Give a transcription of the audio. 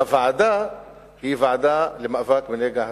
והוועדה היא ועדה למאבק בנגע הסמים.